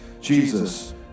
Jesus